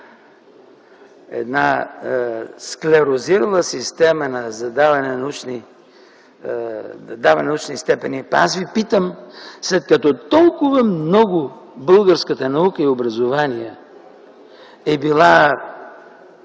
една склерозирала система за даване на научни степени. Питам Ви: след като толкова много българската наука и образование е била